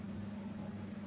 टैगोर यहां कहते हैं